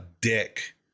dick